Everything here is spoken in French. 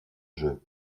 jeu